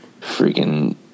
Freaking